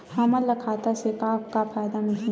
हमन ला खाता से का का फ़ायदा मिलही?